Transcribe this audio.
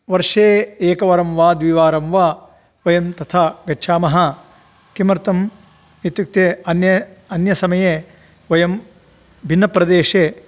वर्षे एकवारं वा द्विवारं वा वयं तथा गच्छामः किमर्थम् इत्युक्ते अन्ये अन्यसमये वयं भिन्नप्रदेशे